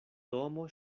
domo